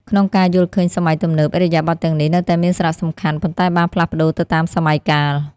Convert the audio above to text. ក្នុងការយល់ឃើញសម័យទំនើប ឥរិយាបថទាំងនេះនៅតែមានសារៈសំខាន់ ប៉ុន្តែបានផ្លាស់ប្តូរទៅតាមសម័យកាល។